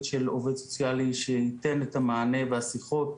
של עובד סוציאלי שיתן את המענה ואת השיחות